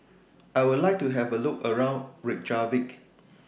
I Would like to Have A Look around Reykjavik